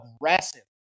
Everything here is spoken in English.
aggressive